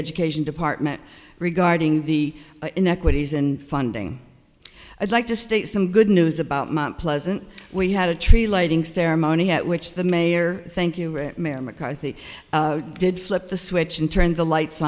education department regarding the inequities and funding i'd like to state some good news about mt pleasant we had a tree lighting ceremony at which the mayor thank you mayor mccarthy did flip the switch and turn the lights